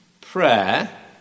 Prayer